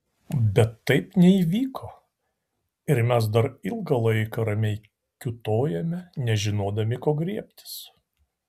bet taip neįvyko ir mes dar ilgą laiką ramiai kiūtojome nežinodami ko griebtis